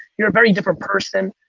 you're a very different person.